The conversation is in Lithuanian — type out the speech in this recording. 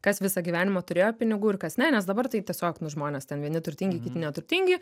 kas visą gyvenimą turėjo pinigų ir kas ne nes dabar tai tiesiog nu žmonės ten vieni turtingi kiti neturtingi